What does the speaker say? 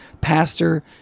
pastor